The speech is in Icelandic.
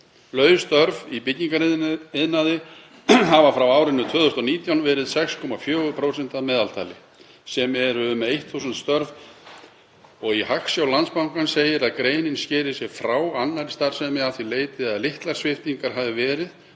Laus störf í byggingariðnaði hafa frá árinu 2019 verið 6,4% að meðaltali, sem eru um 1.000 störf. Í Hagsjá Landsbankans segir að greinin skilji sig frá annarri starfsemi að því leyti að litlar sviptingar hafi verið